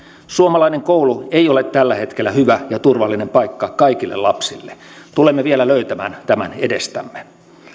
suomalainen koulu ei ole tällä hetkellä hyvä ja turvallinen paikka kaikille lapsille tulemme vielä löytämään tämän edestämme